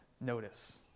notice